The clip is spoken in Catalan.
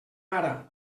ara